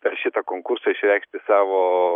per šitą konkursą išreikšti savo